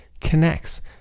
connects